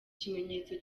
kimenyetso